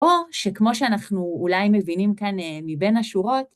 או שכמו שאנחנו אולי מבינים כאן מבין השורות...